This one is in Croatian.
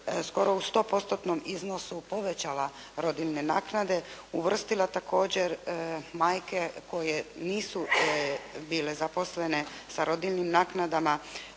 u 100%-tnom iznosu povećala rodiljne naknade, uvrstila također majke koje nisu bile zaposlene sa rodiljnim naknadama